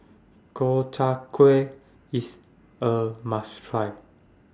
Gobchang Gui IS A must Try